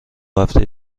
هفته